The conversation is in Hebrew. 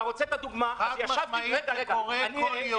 זה קורה כל יום.